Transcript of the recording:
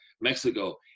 Mexico